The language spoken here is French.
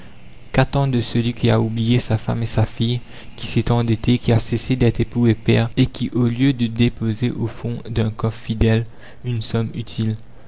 qu'attendre de celui qui a oublié sa femme et sa fille qui s'est endetté qui a cessé d'être époux et père et qui au lieu de déposer au fond d'un coffre fidèle une somme utile